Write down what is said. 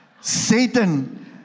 Satan